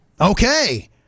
Okay